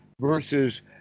versus